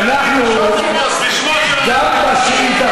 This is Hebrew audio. אנחנו היחידים, רבותי, הרי הזמן מוגבל.